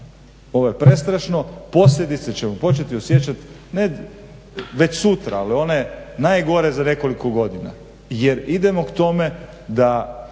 ovo je prestrašno. Posljedice ćemo početi osjećati već sutra ali one najgore za nekoliko godina jer idemo k tome da